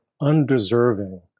undeserving